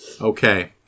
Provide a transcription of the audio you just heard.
Okay